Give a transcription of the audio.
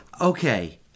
Okay